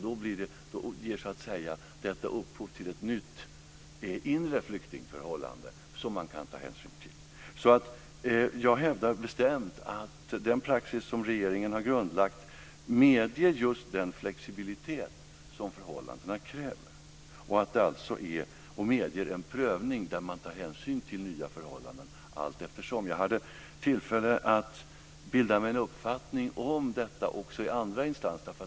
Då ger detta så att säga upphov till ett nytt inre flyktingförhållande som man kan ta hänsyn till. Jag hävdar bestämt att den praxis som regeringen har grundlagt just medger den flexibilitet som förhållandena kräver och medger en prövning där man tar hänsyn till nya förhållanden allteftersom. Jag hade tillfälle att bilda mig en uppfattning om detta också i andra instans.